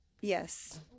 Yes